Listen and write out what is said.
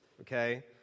okay